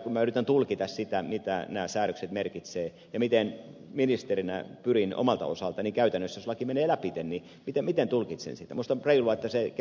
kun yritän tulkita sitä mitä nämä säädökset merkitsevät ja mietin miten ministerinä omalta osaltani käytännössä jos laki menee läpi tulkitsen sitä minusta on reilua että se